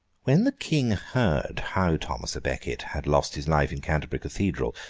when the king heard how thomas a becket had lost his life in canterbury cathedral,